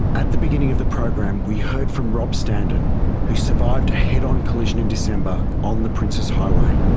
at the beginning of the program, we heard from rob standen who survived a head-on collision in december on the princes highway.